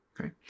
Okay